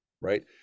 right